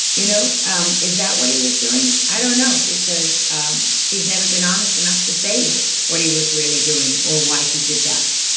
you know um is that what he was doing? i don't know, because he's never been honest enough to say what he was really doing, or why he did that.